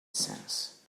sense